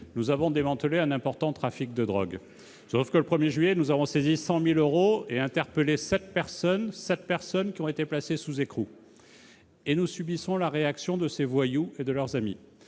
nous avons démantelé un important réseau de trafic de drogue, nous avons saisi 100 000 euros et interpellé sept personnes qui ont été placées sous écrou. Et nous subissons la réaction de ces voyous et de leurs amis.